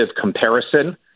comparison